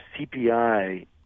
CPI